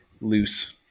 loose